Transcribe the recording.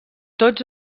tots